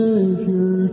Savior